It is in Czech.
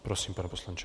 Prosím, pane poslanče.